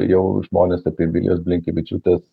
jau žmonės apie vilijos blinkevičiūtės